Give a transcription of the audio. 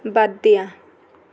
বাদ দিয়া